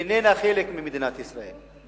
איננה חלק ממדינת ישראל.